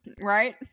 right